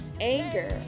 anger